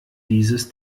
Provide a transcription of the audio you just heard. dieses